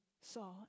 saw